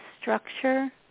structure